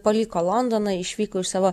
paliko londoną išvyko iš savo